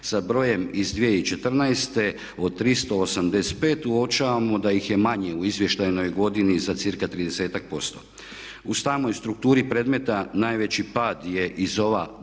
sa brojem iz 2014. od 385 uočavamo da ih je manje u izvještajnoj godini za cirka tridesetak posto. U samoj strukturi predmeta najveći pad je iz ova dva